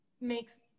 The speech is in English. makes